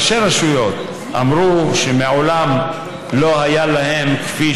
ראשי רשויות אמרו שמעולם לא היה להם כפי